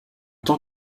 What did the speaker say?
tant